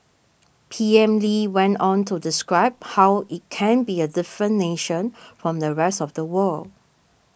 PM Lee went on to describe how it can be a different nation from the rest of the world